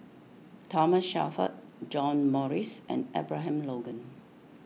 Thomas Shelford John Morrice and Abraham Logan